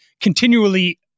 continually